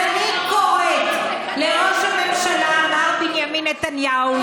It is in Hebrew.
אז אני קוראת לראש הממשלה מר בנימין נתניהו,